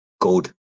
good